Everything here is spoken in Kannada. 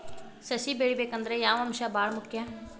ಸಸಿ ಬೆಳಿಬೇಕಂದ್ರ ಯಾವ ಅಂಶ ಭಾಳ ಮುಖ್ಯ?